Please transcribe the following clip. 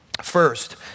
First